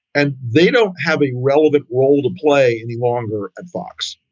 and they don't have a relevant role to play any longer at fox.